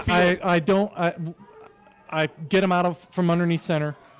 i don't i get him out of from underneath center.